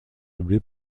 doublée